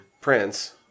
Prince